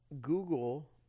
Google